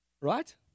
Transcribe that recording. right